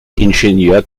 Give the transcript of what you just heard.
ingenieur